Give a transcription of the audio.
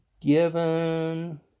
Given